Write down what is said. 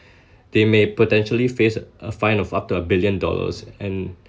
they may potentially face a fine of up to a billion dollars and